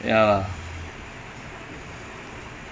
should be fine lah actually you would be okay I think